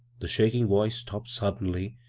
the shaking voice stopped suddenly,